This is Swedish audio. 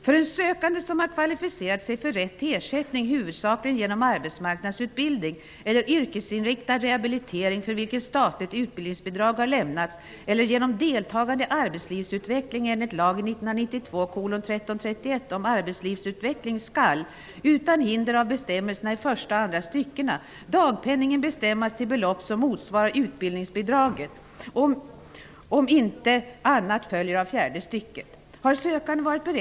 Lagtekniskt bör den allmänna försäkringen införas på det sätt regeringen föreslår, dvs. genom att det införs en inkomstrelaterad ersättning inom ramen för KAS. Mina invändningar mot regeringsförslaget är följande. Under nuvarande förhållanden på arbetsmarknaden med extremt hög arbetslöshet kan det inte komma i fråga att öka utförsäkringen.